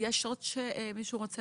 עוד להציג